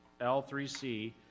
L3C